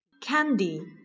Candy